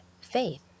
faith